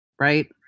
Right